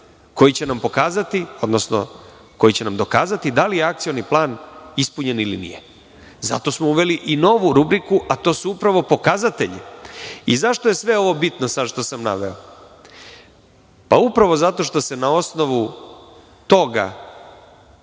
odnosno dokazati da li je akcioni plan ispunjen ili nije. Zato smo uveli i novu rubriku, a to su upravo pokazatelji.Zašto je sve ovo bitno što sam naveo? Upravo zato što se na osnovu toga